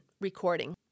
recording